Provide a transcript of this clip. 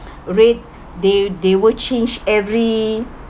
rate they they would change every